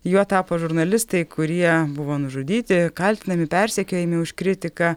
juo tapo žurnalistai kurie buvo nužudyti kaltinami persekiojami už kritiką